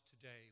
today